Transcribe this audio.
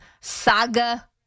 saga